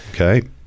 okay